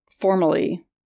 formally